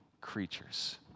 creatures